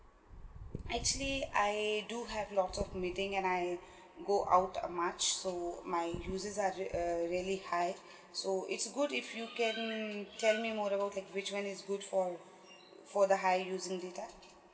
actually I do have lots of meeting and I go out uh much so my uses are rea~ uh really high so it's good if you can tell me more about like which one is good for for the high using data